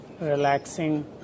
relaxing